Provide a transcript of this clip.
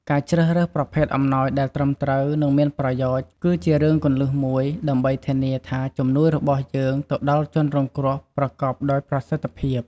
ការជ្រើសរើសប្រភេទអំណោយដែលត្រឹមត្រូវ និងមានប្រយោជន៍ គឺជារឿងគន្លឹះមួយ ដើម្បីធានាថាជំនួយរបស់យើងទៅដល់ជនរងគ្រោះប្រកបដោយប្រសិទ្ធភាព។